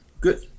Good